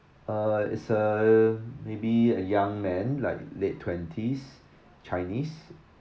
uh is a maybe a young man like late twenties chinese